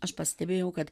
aš pastebėjau kad